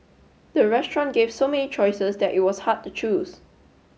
the restaurant gave so many choices that it was hard to choose